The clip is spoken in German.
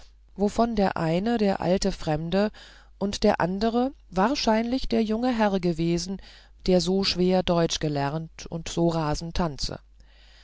wovon der eine der alte fremde und der andere wahrscheinlich der junge herr gewesen der so schwer deutsch gelernt und so rasend tanze